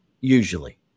usually